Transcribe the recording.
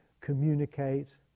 communicate